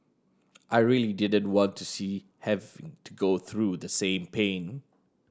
I really didn't want to see have to go through the same pain